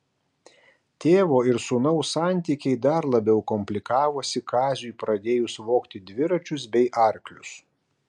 tėvo ir sūnaus santykiai dar labiau komplikavosi kaziui pradėjus vogti dviračius bei arklius